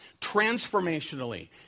transformationally